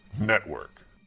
Network